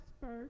first